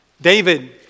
David